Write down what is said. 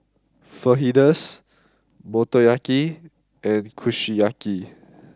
Fajitas Motoyaki and Kushiyaki